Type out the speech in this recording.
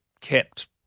kept